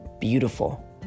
beautiful